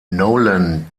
nolan